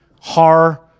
Har